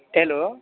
hello